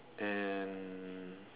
and